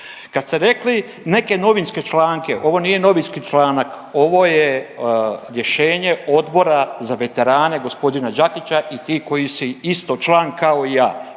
Kad ste rekli neke novinske članke, ovo nije novinski članak, ovo je rješenje Odbora za veterane gospodina Đakića i ti koji si isto član kao i ja.